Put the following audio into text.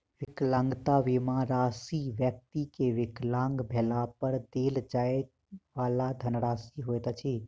विकलांगता बीमा राशि व्यक्ति के विकलांग भेला पर देल जाइ वाला धनराशि होइत अछि